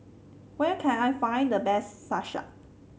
where can I find the best Salsa